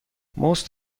most